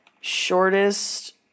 shortest